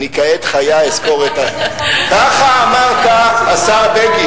אני כעת חיה אזכור, ככה אמרת, השר בגין.